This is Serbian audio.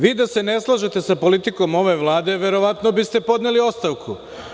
Vi da se ne slažete sa ovom politikom ove Vlade, verovatno biste podneli ostavku.